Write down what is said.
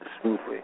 smoothly